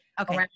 Okay